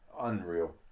unreal